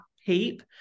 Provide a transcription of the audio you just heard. heap